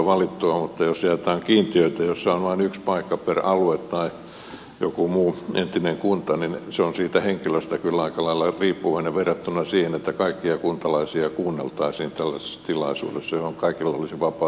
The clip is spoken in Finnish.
mutta jos jaetaan kiintiöitä joissa on vain yksi paikka per alue tai joku muu entinen kunta niin se on siitä henkilöstä kyllä aika lailla riippuvainen verrattuna siihen että kaikkia kuntalaisia kuunneltaisiin tällaisessa tilaisuudessa johon kaikilla olisi vapaa tulo oikeus